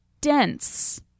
dense